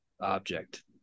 object